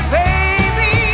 baby